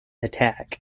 attack